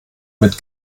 mit